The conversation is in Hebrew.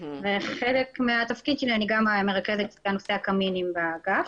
ובחלק מהתפקיד שלי אני גם מרכזת את נושא הקמינים באגף.